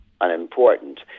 unimportant